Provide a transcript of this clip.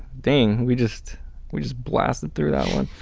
ding. we just we just blasted through that one.